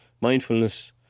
mindfulness